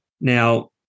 Now